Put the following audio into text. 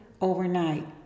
overnight